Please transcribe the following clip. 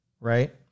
Right